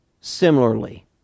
similarly